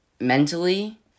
mentally